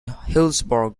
hillsborough